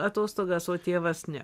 atostogas o tėvas ne